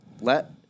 Let